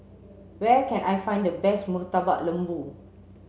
where can I find the best Murtabak Lembu